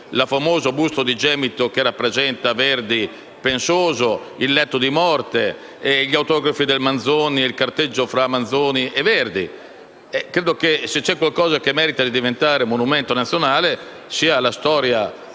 il famoso busto di Gemito che rappresenta Verdi pensoso, il letto di morte, gli autografi del Manzoni e il carteggio tra Manzoni e Verdi. Credo che se c'è un luogo che merita di diventare monumento nazionale sia quella